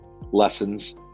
lessons